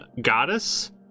goddess